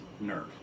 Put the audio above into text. nerve